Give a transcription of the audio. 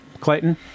clayton